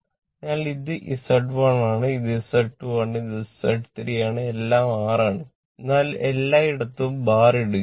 അതിനാൽ ഇത് Z1 ആണ് ഇത് Z2 ആണ് ഇത് Z 3 ആണ് എല്ലാം R ആണ് എന്നാൽ എല്ലായിടത്തും ബാർ ഇടുകയില്ല